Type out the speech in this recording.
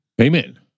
Amen